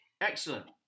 Excellent